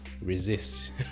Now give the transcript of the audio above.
resist